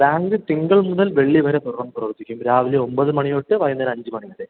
bank തിങ്കൾ മുതൽ വെള്ളി വരെ തുറന്ന് പ്രവർത്തിക്കും രാവിലെ ഒമ്പത് മണി തൊട്ട് വൈകുന്നേരം അഞ്ച് മണി വരെ